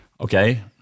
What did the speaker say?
Okay